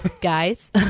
Guys